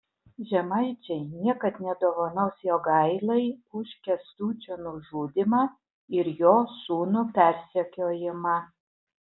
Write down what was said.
žemaičiai niekad nedovanos jogailai už kęstučio nužudymą ir jo sūnų persekiojimą